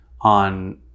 on